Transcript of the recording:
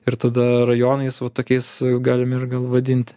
ir tada rajonais va tokiais galim ir gal vadinti